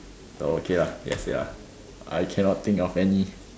okay lah that's it lah I cannot think of any